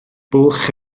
bwlch